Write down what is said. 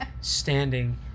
standing